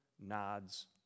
nods